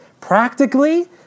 Practically